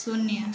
शून्य